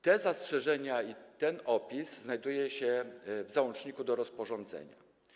Te zastrzeżenia i ten opis znajdują się w załączniku do rozporządzenia.